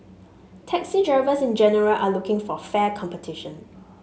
taxi drivers in general are looking for fair competition